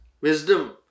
wisdom